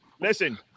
Listen